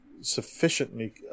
sufficiently –